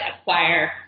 acquire